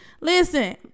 Listen